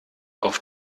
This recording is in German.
auf